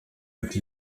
ati